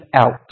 out